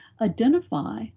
identify